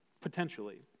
potentially